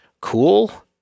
cool